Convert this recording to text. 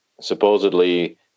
Supposedly